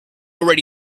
already